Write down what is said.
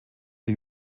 der